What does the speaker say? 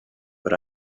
but